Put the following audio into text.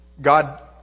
God